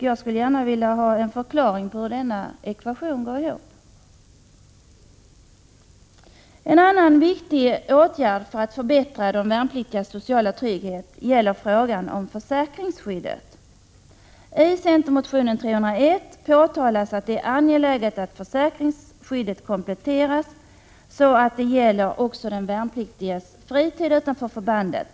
Jag skulle gärna vilja ha en förklaring på hur denna ekvation går ihop. En annan viktig åtgärd för att förbättra de värnpliktigas sociala trygghet gäller försäkringsskyddet. I centermotionen Fö301 påtalas att det är angeläget att försäkringsskyddet kompletteras så att det gäller också den värnpliktiges fritid utanför förbandet.